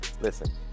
listen